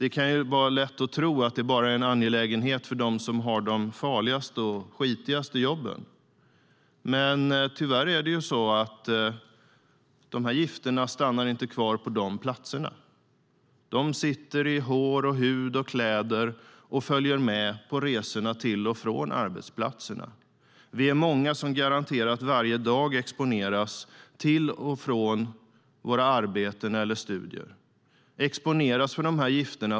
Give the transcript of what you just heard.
Det kan vara lätt att tro att det bara är en angelägenhet för dem som har de farligaste och skitigaste jobben. Men tyvärr stannar gifterna inte kvar på de platserna.